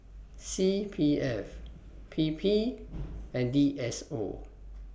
C P F P P and D S O